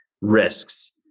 risks